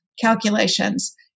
calculations